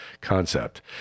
concept